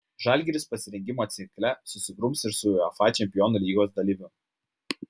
žalgiris pasirengimo cikle susigrums ir su uefa čempionų lygos dalyviu